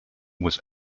was